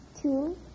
two